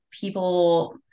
people